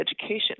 education